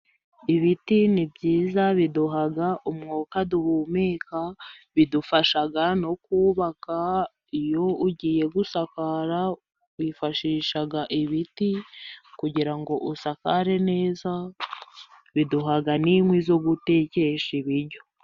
Ibiti ni byiza biduha umwuka duhumeka. Bidufasha no kubaka. Iyo ugiye gusakara wifashisha ibiti kugira ngo usakare neza, biduha n'inkwi zo gutekesha ibiryo.